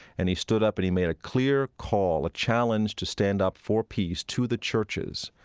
and he stood up and he made a clear call, a challenge to stand up for peace to the churches,